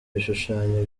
ibishushanyo